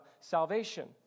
salvation